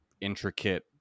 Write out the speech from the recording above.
intricate